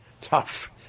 tough